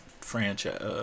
franchise